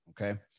okay